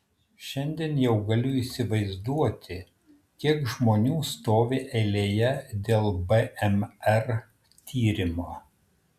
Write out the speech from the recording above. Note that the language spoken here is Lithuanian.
šiandien jau galiu įsivaizduoti kiek žmonių stovi eilėje dėl bmr tyrimo